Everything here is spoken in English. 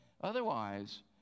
Otherwise